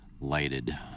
lighted